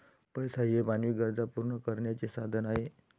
पैसा हे मानवी गरजा पूर्ण करण्याचे साधन आहे